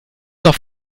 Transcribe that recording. noch